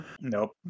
Nope